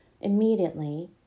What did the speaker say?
immediately